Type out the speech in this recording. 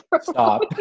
Stop